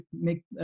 make